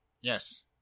Yes